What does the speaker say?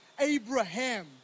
Abraham